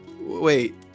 wait